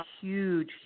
huge